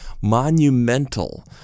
monumental